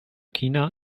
kina